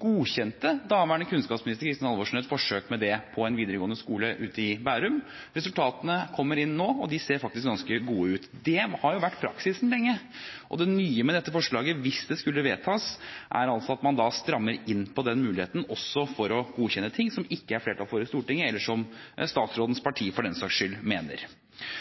godkjente daværende kunnskapsminister Kristin Halvorsen et forsøk med det på en videregående skole ute i Bærum. Resultatene kommer inn nå, og de ser faktisk ganske gode ut. Det har jo vært praksisen lenge. Det nye med dette forslaget, hvis det skulle vedtas, er altså at man strammer inn på den muligheten, også for å godkjenne ting som det ikke er flertall for i Stortinget, eller som statsrådens parti for den saks skyld mener.